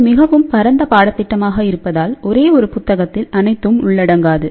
இது மிகவும் பரந்த பாடத்திட்டமாக இருப்பதால் ஒரே ஒரு புத்தகத்தில் அனைத்தும் உள்ளடங்காது